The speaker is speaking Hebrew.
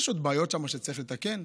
יש עוד בעיות שם שצריך לתקן,